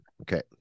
Okay